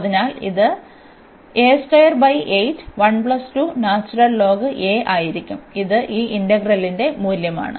അതിനാൽ ഇത് ആയിരിക്കും ഇത് ഈ ഇന്റഗ്രലിന്റെ മൂല്യമാണ്